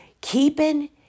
keeping